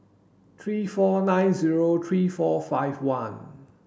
three four nine zero three four five one